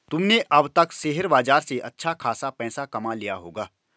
तुमने अब तक शेयर बाजार से अच्छा खासा पैसा कमा लिया होगा